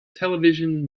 television